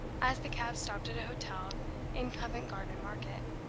as the cab stopped at a hotel in covent garden market.